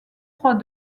froid